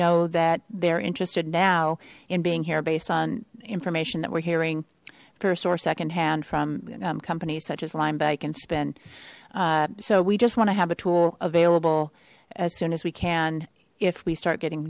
know that they're interested now in being here based on information that we're hearing first or second hand from companies such as lime bike and spend so we just want to have a tool available as soon as we can if we start getting